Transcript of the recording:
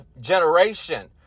generation